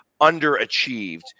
underachieved